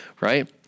Right